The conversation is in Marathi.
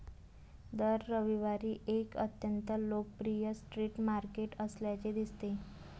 दर रविवारी एक अत्यंत लोकप्रिय स्ट्रीट मार्केट असल्याचे दिसते